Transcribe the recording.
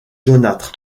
jaunâtre